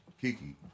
Kiki